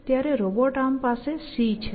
અત્યારે robot arm પાસે C છે